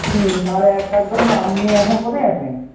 হুম তাহলে এক কাজ করুন আপনি এখন কোথায় আছেন